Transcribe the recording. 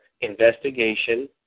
investigation